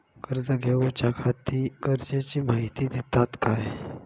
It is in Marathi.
कर्ज घेऊच्याखाती गरजेची माहिती दितात काय?